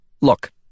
Look